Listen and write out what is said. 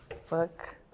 Fuck